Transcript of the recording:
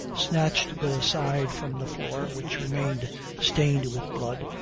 snatched the side from the floor, which remained stained with blood,